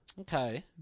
Okay